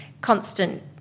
constant